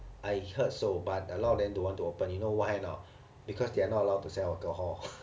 I heard so but a lot of them don't want to open you know why or not because they are not allowed to sell alcohol